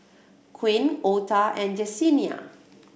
Quint Ota and Jessenia